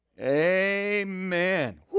Amen